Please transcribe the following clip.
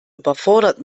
überfordert